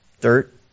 Dirt